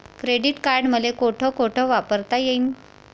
Credit card मले कोठ कोठ वापरता येईन?